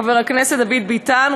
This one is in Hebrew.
חבר הכנסת דוד ביטן,